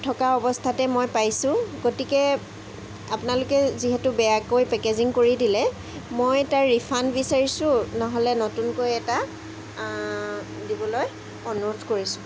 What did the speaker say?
থকা অৱস্থাতে মই পাইছোঁ গতিকে আপোনালোকে যিহেতু বেয়াকৈ পেকেজিং কৰি দিলে মই তাৰ ৰিফাণ্ড বিচাৰিছোঁ নহ'লে নতুনকৈ এটা দিবলৈ অনুৰোধ কৰিছোঁ